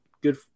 good